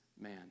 man